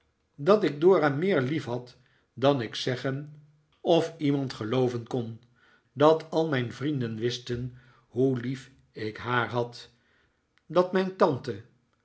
dat ik dora meer liefhad dan ik zeggen of iemand gelooven kon dat al mijn vrienden wisten hoe lief ik haar had dat mijn tante